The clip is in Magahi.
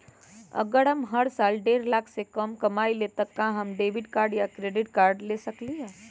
अगर हम हर साल डेढ़ लाख से कम कमावईले त का हम डेबिट कार्ड या क्रेडिट कार्ड ले सकली ह?